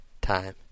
time